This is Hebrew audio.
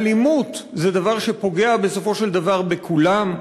אלימות זה דבר שפוגע בסופו של דבר בכולם,